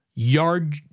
yard